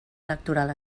electoral